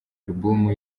alubumu